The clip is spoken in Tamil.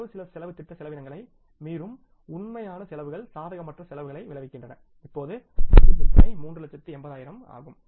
வரவுசெலவுத் திட்ட செலவினங்களை மீறும் உண்மையான செலவுகள் சாதகமற்ற செலவுகளை விளைவிக்கின்றன இப்போது பட்ஜெட் விற்பனை 3 லச்சத்து 80 ஆயிரம் ஆகும்